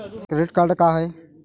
Credit card का हाय?